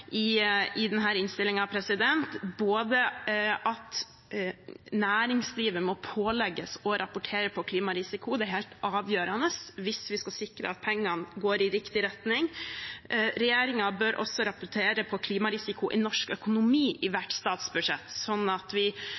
at næringslivet må pålegges å rapportere på klimarisiko. Det er helt avgjørende hvis vi skal sikre at pengene går i riktig retning. Regjeringen bør også rapportere på klimarisiko i norsk økonomi i hvert statsbudsjett, sånn at vi